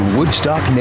Woodstock